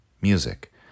music